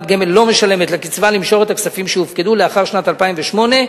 גמל לא משלמת לקצבה למשוך את הכספים שהופקדו לאחר שנת 2008,